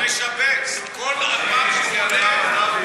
אני שכחתי גם אותך.